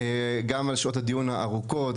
גם על שעות הדיון הארוכות,